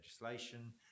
legislation